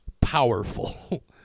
powerful